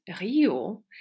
Rio